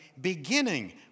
beginning